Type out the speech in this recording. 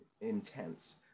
intense